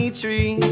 tree